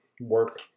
work